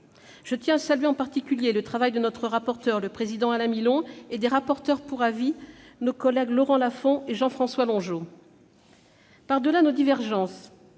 Je tiens à saluer en particulier le travail du rapporteur, le président Alain Milon, et des rapporteurs pour avis, Laurent Lafon et Jean-François Longeot. Par-delà nos divergences,